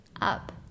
up